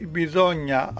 bisogna